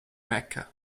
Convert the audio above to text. mecca